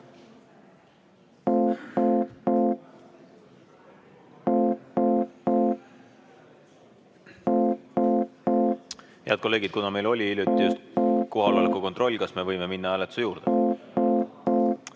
Head kolleegid, kuna meil oli hiljuti kohaloleku kontroll, kas me võime minna hääletuse juurde?